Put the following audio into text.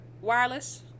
wireless